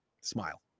smile